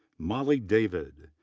molly david,